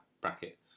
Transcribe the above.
bracket